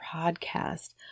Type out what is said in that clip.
podcast